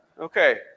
Okay